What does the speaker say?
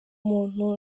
umuntu